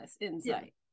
insight